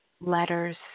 letters